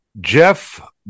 Jeff